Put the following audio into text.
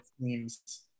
teams